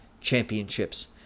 Championships